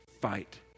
Fight